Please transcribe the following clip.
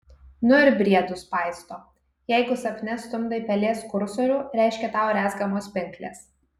nu ir briedus paisto jeigu sapne stumdai pelės kursorių reiškia tau rezgamos pinklės